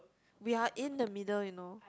we are in the middle you know